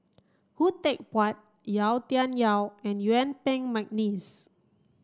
Khoo Teck Puat Yau Tian Yau and Yuen Peng McNeice